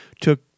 Took